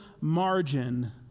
margin